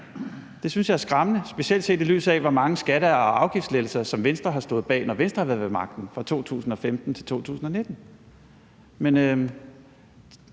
Det synes jeg er skræmmende, specielt set i lyset af, hvor mange skatte- og afgiftslettelser, som Venstre har stået bag, når Venstre har været ved magten, fra 2015 til 2019. Det